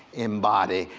embody,